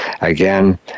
Again